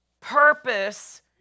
purpose